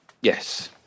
Yes